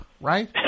right